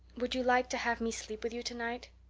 would you like to have me sleep with you tonight?